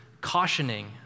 cautioning